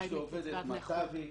אשתי עובדת מכבי,